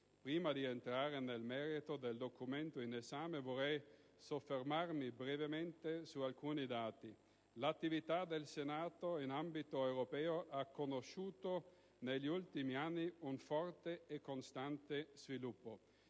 Prima di entrare nel merito del documento in esame, vorrei soffermarmi brevemente su alcuni dati. L'attività del Senato in ambito europeo ha conosciuto negli ultimi anni un forte e costante sviluppo.